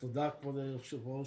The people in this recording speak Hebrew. תודה, כבוד היושב-ראש.